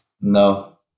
No